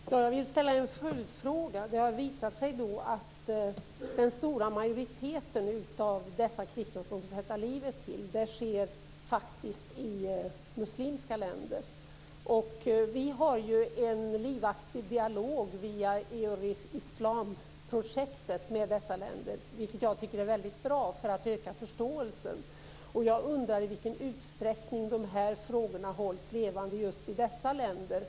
Herr talman! Jag vill ställa en följdfråga. Det har visat sig att den stora majoriteten av de kristna som får sätta livet till får göra det i muslimska länder. Vi har en livaktig dialog via Euro-Islamprojektet med dessa länder, vilket jag tycker är väldigt bra för att öka förståelsen. Jag undrar i vilken utsträckning dessa frågor hålls levande just i dessa länder.